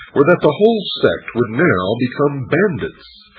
were that the whole sect would now become bandits,